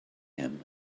him